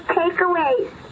takeaways